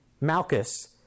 Malchus